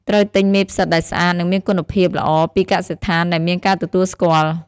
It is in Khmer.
ត្រូវទិញមេផ្សិតដែលស្អាត និងមានគុណភាពល្អពីកសិដ្ឋានដែលមានការទទួលស្គាល់។